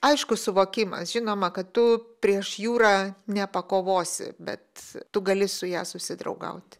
aiškus suvokimas žinoma kad tu prieš jūrą nepakovosi bet tu gali su ja susidraugauti